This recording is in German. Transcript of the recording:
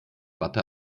watte